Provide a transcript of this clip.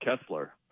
Kessler